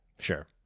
Sure